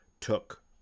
took